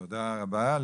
תודה רבה.